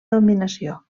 dominació